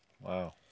Wow